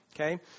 okay